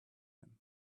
him